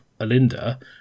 Alinda